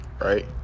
Right